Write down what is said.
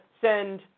send